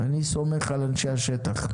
אני סומך על אנשי השטח.